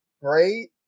great